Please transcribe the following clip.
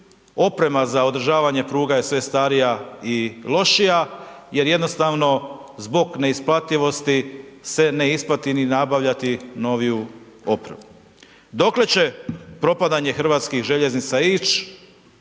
Oprema za održavanje pruga je sve starija i lošija jer jednostavno zbog neisplativosti se ne isplati ni nabavljati noviju opremu. Dokle će propadanje HŽ ići?